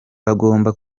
bagomba